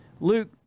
Luke